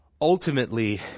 ultimately